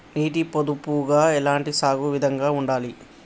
నీటి పొదుపుగా ఎలాంటి సాగు విధంగా ఉండాలి?